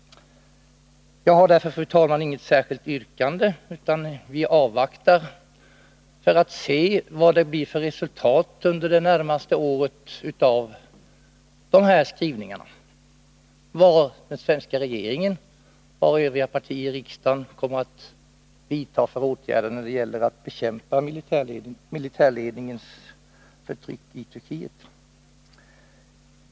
Jag har därför, fru talman, inget särskilt yrkande, utan avvaktar under det kommande året resultatet av dessa skrivningar och de åtgärder den svenska regeringen och de övriga partierna i riksdagen kommer att vidta när det gäller att bekämpa den turkiska militärledningens förtryck.